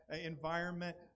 environment